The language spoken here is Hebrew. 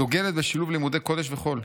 הדוגלת בשילוב לימודי קודש וחול.